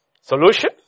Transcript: Solution